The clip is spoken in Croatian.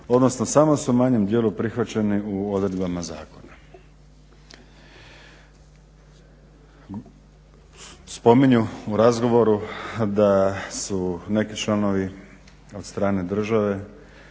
odnosno samo su u manjem dijelu prihvaćeni u odredbama zakona. Spominju u razgovoru da su neki članovi od strane države